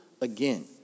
again